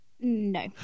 No